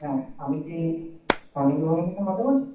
হ্যাঁ আমি কি সাথে কথা বলছি